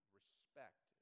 respect